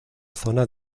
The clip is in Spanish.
zona